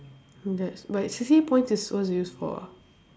that's but C_C_A point is what the use for ah